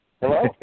Hello